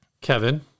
Kevin